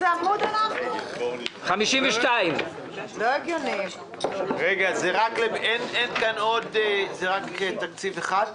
זה רק תקציב אחד?